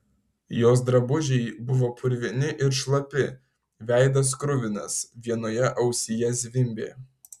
jos drabužiai buvo purvini ir šlapi veidas kruvinas vienoje ausyje zvimbė